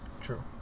True